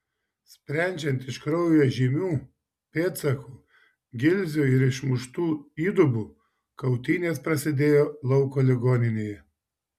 sprendžiant iš kraujo žymių pėdsakų gilzių ir išmuštų įdubų kautynės prasidėjo lauko ligoninėje